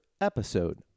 episode